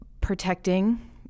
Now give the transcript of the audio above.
protecting